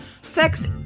Sex